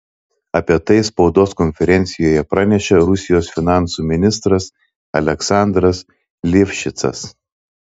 apie tai spaudos konferencijoje pranešė rusijos finansų ministras aleksandras livšicas